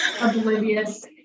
oblivious